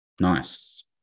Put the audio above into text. Nice